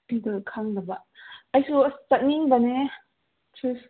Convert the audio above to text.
ꯑꯗꯨ ꯈꯪꯗꯕ ꯑꯩꯁꯨ ꯆꯠꯅꯤꯡꯕꯅꯦ